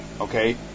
okay